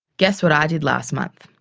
guess what i did last month?